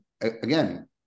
again